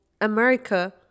America